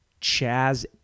Chaz